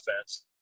offense